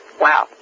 wow